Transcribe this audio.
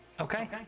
Okay